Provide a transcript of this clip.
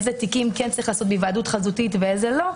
איזה תיקים כן צריך לעשות בהיוועדות חזותית ואיזה לא.